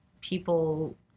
people